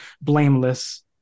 blameless